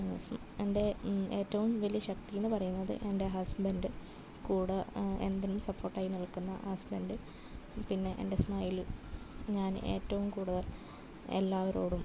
എൻ്റെ ഏറ്റവും വലിയ ശക്തി എന്ന് പറയുന്നത് എൻ്റെ ഹസ്ബൻഡ് കൂടെ എന്തിനും സപ്പോർട്ട് ആയി നിൽക്കുന്ന ഹസ്ബൻഡും പിന്നെ എൻ്റെ സ്മൈലും ഞാന് ഏറ്റവും കൂടുതൽ എല്ലാവരോടും